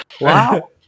Wow